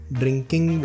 drinking